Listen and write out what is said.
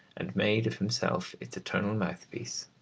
and made of himself its eternal mouthpiece.